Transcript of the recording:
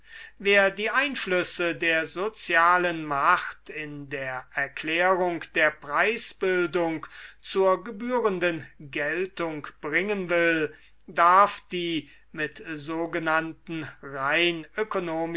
wer die einflüsse der sozialen macht in der erklärung der preisbildung zur gebührenden geltung bringen will darf die mit sogenannten rein